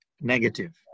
negative